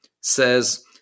says